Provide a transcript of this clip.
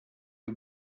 you